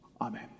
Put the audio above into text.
Amen